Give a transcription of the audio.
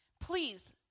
Please